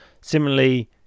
similarly